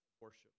worship